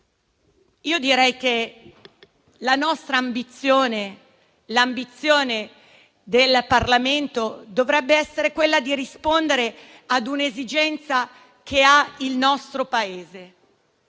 Io direi che la nostra ambizione, l'ambizione del Parlamento, dovrebbe essere quella di rispondere ad un'esigenza del nostro Paese,